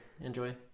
enjoy